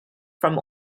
from